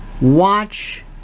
Watch